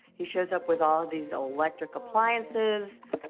he shows up with all these electric appliances.